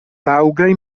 taŭgaj